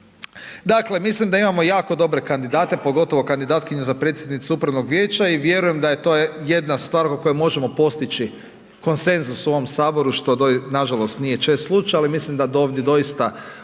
Dakle, mislim da imamo jako dobre kandidate, pogotovo kandidatkinju za predsjednicu upravnog vijeća i vjerujem da je to jedna stvar oko koje možemo postići konsenzus u ovom Saboru što nažalost nije čest slučaj ali misli da do ovdje doista